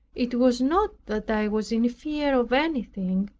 it was not that i was in fear of anything,